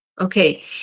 Okay